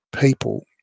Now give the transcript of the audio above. people